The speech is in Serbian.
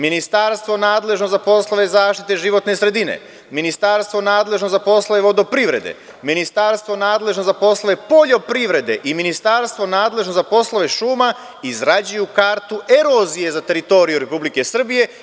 Ministarstvo nadležno za poslove zaštite životne sredine, Ministarstvo nadležno za poslove vodoprivrede, Ministarstvo nadležno za poslove poljoprivrede i Ministarstvo nadležno za poslove šuma, izrađuju kartu erozije za teritoriju Republike Srbije“